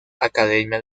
academia